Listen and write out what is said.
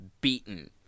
beaten